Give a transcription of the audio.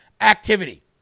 activity